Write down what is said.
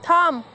থাম